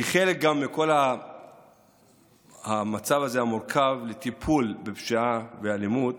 כחלק מכל המצב המורכב הזה לטיפול בפשיעה ואלימות